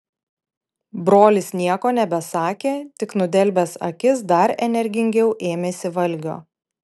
brolis nieko nebesakė tik nudelbęs akis dar energingiau ėmėsi valgio